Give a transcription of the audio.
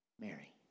Mary